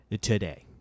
today